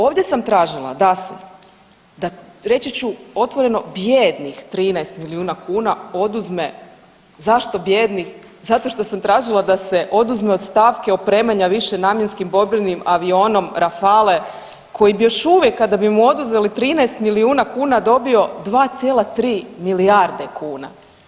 Ovdje sam tražila da se, da, reći ću otvoreno bijednih 13 milijuna kuna oduzme, zašto bijednih, zato što sam tražila da se oduzme od stavke opremanja višenamjenskim borbenim avionom rafale koji bi još uvijek kada bi mu oduzeli 13 milijuna kuna dobio 2,3 milijarde kuna.